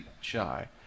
shy